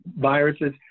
viruses